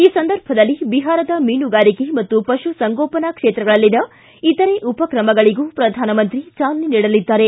ಈ ಸಂದರ್ಭದಲ್ಲಿ ಬಿಹಾರದ ಮೀನುಗಾರಿಕೆ ಮತ್ತು ಪಶುಸಂಗೋಪನಾ ಕ್ಷೇತ್ರಗಳಲ್ಲಿನ ಇತರೆ ಉಪಕ್ರಮಗಳಿಗೂ ಪ್ರಧಾನಮಂತ್ರಿ ಚಾಲನೆ ನೀಡಲಿದ್ದಾರೆ